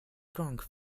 trunk